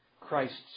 Christ's